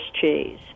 Cheese